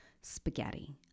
spaghetti